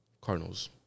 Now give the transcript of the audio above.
Cardinals